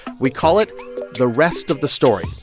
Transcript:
we call it the rest of the story,